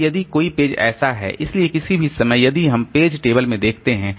अब यदि कोई पेज ऐसा है इसलिए किसी भी समय यदि हम पेज टेबल में देखते हैं